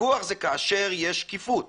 פיקוח זה כאשר יש שקיפות,